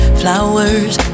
flowers